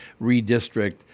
redistrict